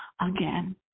again